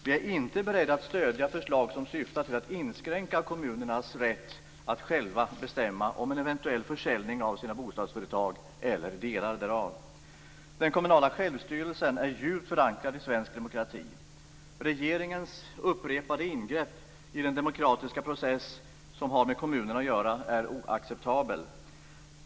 Vi är inte beredda att stödja förslag som syftar till att inskränka kommunernas rätt att själva bestämma om en eventuell försäljning av sina bostadsföretag eller delar därav. Den kommunala självstyrelsen är djupt förankrad i svensk demokrati. Regeringens upprepade ingrepp i den demokratiska process som har med kommunerna att göra är oacceptabel.